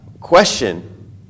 question